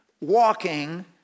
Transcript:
walking